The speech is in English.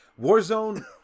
Warzone